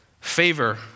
favor